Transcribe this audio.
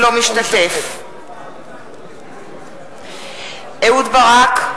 אינו משתתף בהצבעה אהוד ברק,